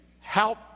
help